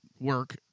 work